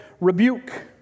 rebuke